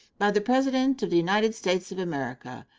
by the president of the united states of america.